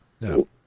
No